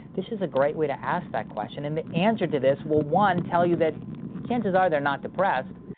this is a great way to ask that question. and the answer to this will one, tell you that chances are they're not depressed.